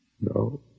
No